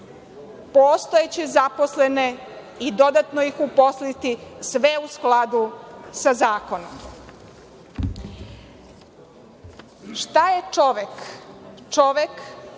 postojeće zaposlene i dodatno ih uposliti u skladu sa zakonom. Šta je čovek? Čovek